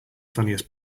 funniest